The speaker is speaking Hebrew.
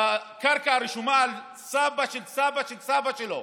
הקרקע רשומה על סבא של סבא של סבא שלו,